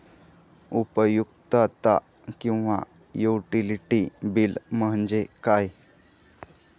उपयुक्तता किंवा utility bill म्हणजे काय?